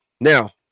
Now